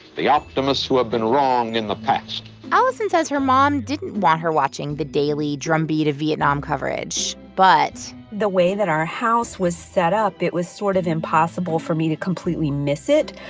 the optimists who have been wrong in the past alison says her mom didn't want her watching the daily drumbeat of vietnam coverage, but. the way that our house was set up, it was sort of impossible for me to completely miss it.